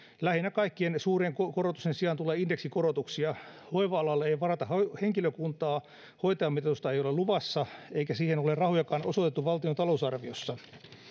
lähinnä kaikkien suurien korotusten sijaan tulee indeksikorotuksia hoiva alalle ei varata henkilökuntaa hoitajamitoitusta ei ole luvassa eikä siihen ole rahojakaan osoitettu valtion talousarviossa